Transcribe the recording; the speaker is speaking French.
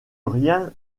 rien